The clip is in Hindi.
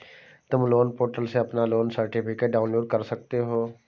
तुम लोन पोर्टल से अपना लोन सर्टिफिकेट डाउनलोड कर सकते हो